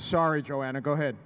sorry joanna go ahead